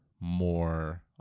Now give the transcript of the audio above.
more